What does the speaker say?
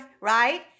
right